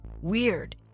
Weird